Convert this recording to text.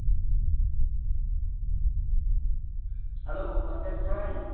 hello my best friend